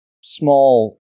small